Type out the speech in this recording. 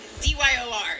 D-Y-O-R